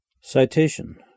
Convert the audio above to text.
Citation